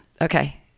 Okay